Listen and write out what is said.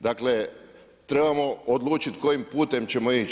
Dakle, trebamo odlučiti kojim putem ćemo ići.